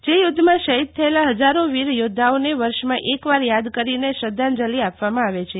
જે યુધ્ધમાં શહિદ થયેલા હજારો વીર યોધ્ધાઓને વર્ષમાં એકવાર યાદ કરીને શ્રધ્ધાંજલી આપવામાં આવે છે